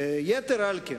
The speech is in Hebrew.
יתר על כן,